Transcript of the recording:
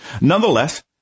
Nonetheless